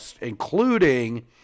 including